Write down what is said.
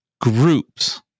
groups